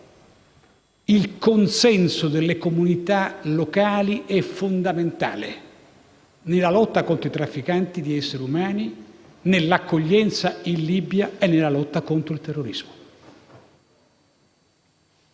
Il consenso delle comunità locali è fondamentale nella lotta contro i trafficanti di esseri umani, per l'accoglienza in Libia e nella lotta contro il terrorismo.